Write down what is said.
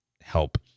help